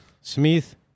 Smith